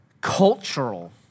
cultural